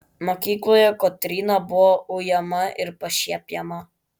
mokykloje kotryna buvo ujama ir pašiepiama